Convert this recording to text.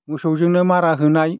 मोसौजोंनो मारा होनाय